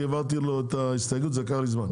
כי העברתי לו את ההסתייגות זה לקח לי זמן.